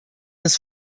his